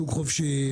שוק חופשי,